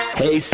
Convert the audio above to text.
hey